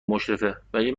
مشرفه، ولی